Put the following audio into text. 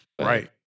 Right